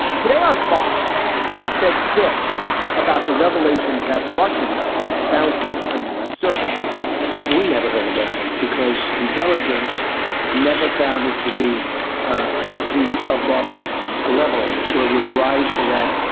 today on fox, trump said this about the revelations that russians placed bounties on u s. service members we never heard about it because intelligence never found it be ah of the of that level where it would rise to that.